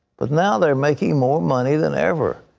but now they're making more money than ever.